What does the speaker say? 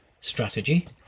Strategy